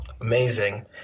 Amazing